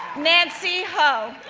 nancy ho,